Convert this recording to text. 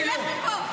שילך מפה.